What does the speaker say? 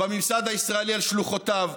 בממסד הישראלי על שלוחותיו?